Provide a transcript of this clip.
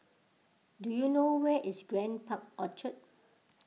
do you know where is Grand Park Orchard